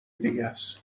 دیگهس